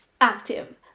active